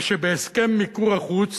ושבהסכם מיקור החוץ